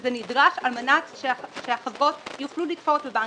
שזה נדרש על מנת שהחברות יוכלו להתחרות בבנקים,